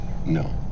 No